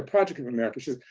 ah project of america, she